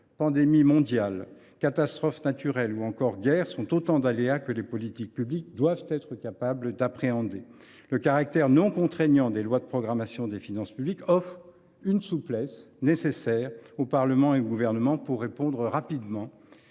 pandémies, catastrophes naturelles ou encore guerres sont autant d’aléas que les politiques publiques doivent être capables d’appréhender. Le caractère non contraignant des lois de programmation des finances publiques offre une souplesse nécessaire au Parlement et au Gouvernement pour répondre rapidement